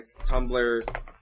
Tumblr